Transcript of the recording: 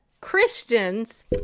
Christians